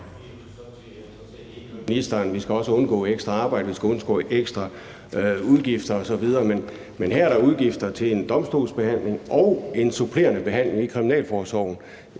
skal undgå ekstra arbejde og undgå ekstra udgifter osv., men her er der udgifter til en domstolsbehandling og en supplerende behandling i kriminalforsorgen.